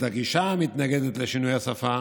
את הגישה המתנגדת לשינוי השפה